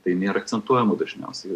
tai nėra akcentuojama dažniausiai